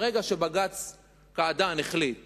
ברגע שבבג"ץ קעדאן החליט